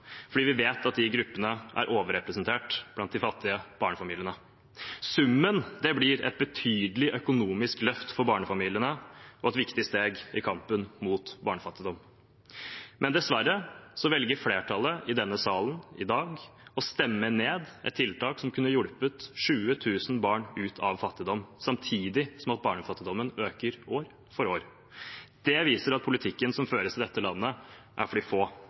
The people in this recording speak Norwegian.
fordi vi vet at de gruppene er overrepresentert blant de fattige barnefamiliene. Summen blir et betydelig økonomisk løft for barnefamiliene og et viktig steg i kampen mot barnefattigdom. Dessverre velger flertallet i denne salen i dag å stemme ned et tiltak som kunne hjulpet 20 000 barn ut av fattigdom, samtidig som barnefattigdommen øker år for år. Det viser at politikken som føres i dette landet, er for de få,